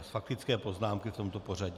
Faktické poznámky v tomto pořadí.